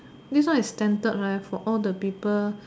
this one is standard for all the people